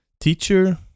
teacher